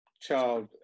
child